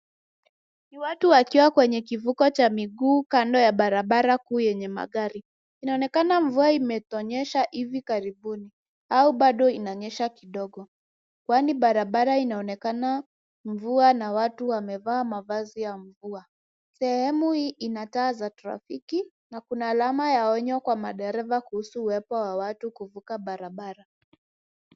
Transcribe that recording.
Watu wakiwa kwenye kivukio cha miguu kando ya barabara kuu yenye magari. Inaonekana mvua imetonesha hivi karibuni au bado inanyesha kidogo kwani barabara inaonekana mvua na watu wamevaa mavazi ya mvua. Sehemu hii ina taa za trafiki na kuna alama ya onyo Kwa madereva kuhusu uwepo wa watu kuvuka barabara.